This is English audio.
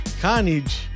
Carnage